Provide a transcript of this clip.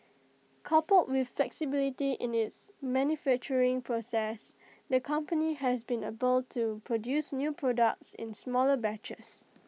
coupled with flexibility in its manufacturing process the company has been able to produce new products in smaller batches